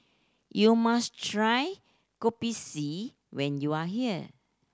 you must try Kopi C when you are here